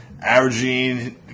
averaging